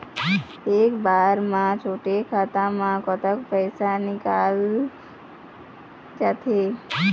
एक बार म छोटे खाता म कतक पैसा निकल जाथे?